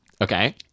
Okay